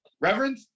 Reverend